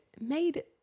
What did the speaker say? made